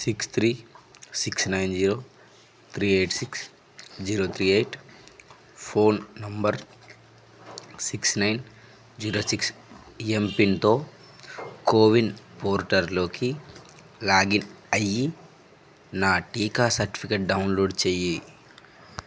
six three six nine zero three eight six zero three eight phone number six nine zero six ఈ ఎంపిన్తో CoWIN పోర్టల్లోకి login అయ్యి నా టీకా certificate download చెయ్యి